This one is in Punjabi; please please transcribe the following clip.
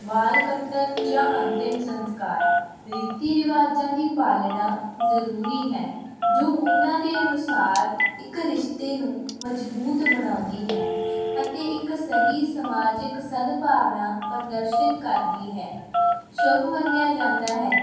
ਵਾਲ ਕੱਟਣ ਜਾਂ ਅੰਤਿਮ ਸੰਸਕਾਰ ਰੀਤੀ ਰਿਵਾਜਾਂ ਦੀ ਪਾਲਣਾ ਜ਼ਰੂਰੀ ਹੈ ਜੋ ਉਹਨਾਂ ਦੇ ਅਨੁਸਾਰ ਇੱਕ ਰਿਸ਼ਤੇ ਨੂੰ ਮਜਬੂਤ ਬਣਾਉਂਦੀ ਹੈ ਅਤੇ ਇੱਕ ਸਹੀ ਸਮਾਜਿਕ ਸਦਭਾਵਨਾ ਪ੍ਰਦਰਸ਼ਨ ਕਰਦੀ ਹੈ ਸ਼ੁੱਭ ਮੰਨਿਆ ਜਾਂਦਾ ਹੈ